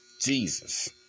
Jesus